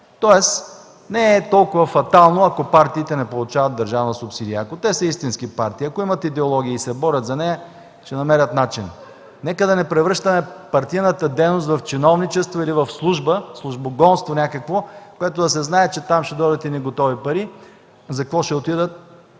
не е толкова фатално, ако партиите не получават държавна субсидия. Ако те са истински партии, ако имат идеология и се борят за нея, ще намерят начин. (Шум и реплики.) Нека не превръщаме партийната дейност в чиновничество или в служба, в някакво службогонство, при което се знае, че там ще дойдат готови пари, а за какво ще отидат,